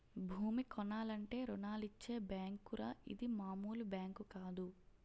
భూమి కొనాలంటే రుణాలిచ్చే బేంకురా ఇది మాములు బేంకు కాదు